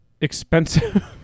expensive